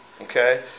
okay